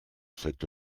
cette